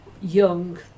young